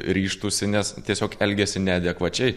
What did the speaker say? ryžtųsi nes tiesiog elgiasi neadekvačiai